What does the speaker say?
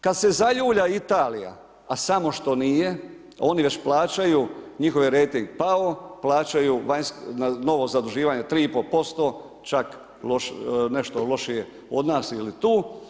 Kada se zaljulja Italija, a samo što nije, oni već plaćaju, njihov je rejting pao, plaćaju novo zaduživanje 3,5%, čak nešto lošije od nas ili tu.